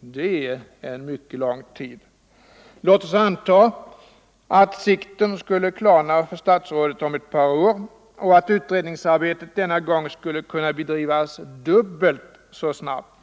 Det är en mycket lång tid. Låt oss anta att sikten skulle klarna för statsrådet om ett par år och att utredningsarbetet denna gång skulle kunna bedrivas dubbelt så snabbt.